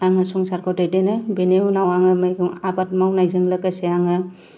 आंनि संसारखौ दैदेनो बेनि उनाव आङो मैगं आबाद मावनायजों लोगोसे आङो